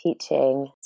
teaching